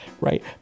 right